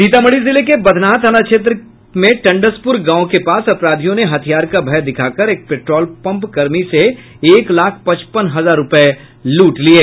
सीतामढ़ी जिले के बथनाहा थाना क्षेत्र में टंडसप्रर गांव में पास अपराधियों ने हथियार का भय दिखाकर एक पेट्रोल पम्प कर्मी से एक लाख पचपन हजार रूपये लूट लिये